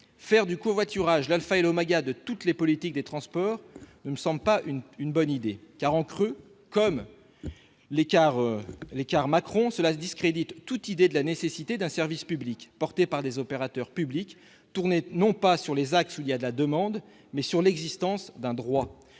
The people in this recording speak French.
Faire du covoiturage l'alpha et l'oméga de toute politique des transports n'est pas une bonne idée, car, en creux, comme avec les cars Macron, cela discrédite toute idée de la nécessité d'un service public, porté par des opérateurs publics, tourné non pas vers les axes où il y a de la demande, mais sur l'existence d'un droit.